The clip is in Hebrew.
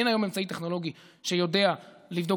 אין היום אמצעי טכנולוגי שיודע לבדוק